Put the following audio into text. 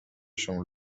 شما